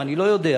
מה אני לא יודע.